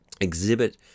exhibit